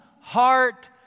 heart